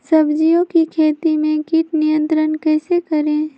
सब्जियों की खेती में कीट नियंत्रण कैसे करें?